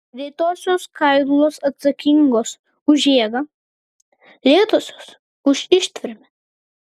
greitosios skaidulos atsakingos už jėgą lėtosios už ištvermę